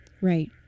Right